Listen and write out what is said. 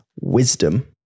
wisdom